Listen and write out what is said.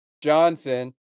Johnson